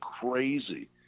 crazy